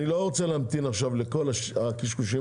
אני רוצה להמתין עכשיו לכל הקשקושים